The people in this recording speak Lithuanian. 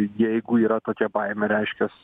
jeigu yra tokia baimė reiškias